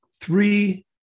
three